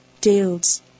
tales